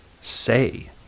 say